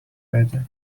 better